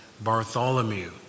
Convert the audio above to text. Bartholomew